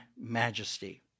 majesty